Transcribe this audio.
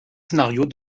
scénarios